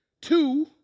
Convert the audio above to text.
Two